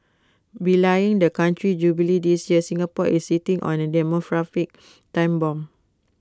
belying the country's jubilee this year Singapore is sitting on A demographic time bomb